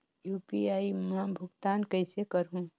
UPI मा भुगतान कइसे करहूं?